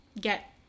get